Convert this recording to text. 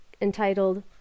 entitled